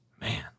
Man